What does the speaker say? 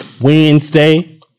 Wednesday